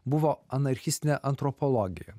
buvo anarchistinė antropologija